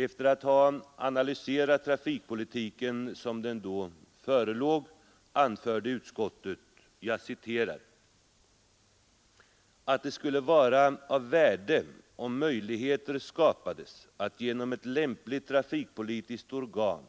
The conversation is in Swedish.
Efter att ha analyserat trafikpolitiken som den då förelåg anförde utskottet ”att det skulle vara av värde om möjligheter skapades att genom ett lämpligt trafikpolitiskt organ